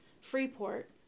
Freeport